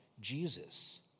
Jesus